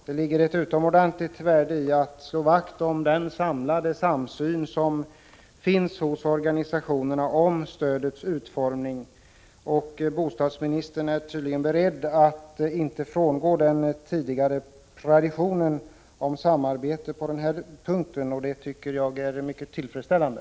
Det ligger ett utomordentligt värde i att slå vakt om den helhetssyn som finns hos organisationerna över stödets utformning. Bostadsministern är tydligen beredd att inte frångå den tidigare traditionen med samarbete på denna punkt, och det tycker jag är mycket tillfredsställande.